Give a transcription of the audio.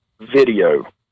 video